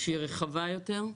שהיא רחבה יותר,